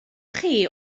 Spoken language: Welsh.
chi